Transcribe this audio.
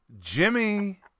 Jimmy